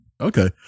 Okay